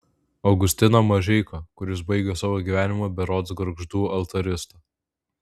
augustiną mažeiką kuris baigė savo gyvenimą berods gargždų altarista